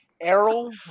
Errol